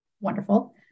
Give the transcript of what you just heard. wonderful